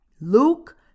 Luke